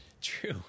True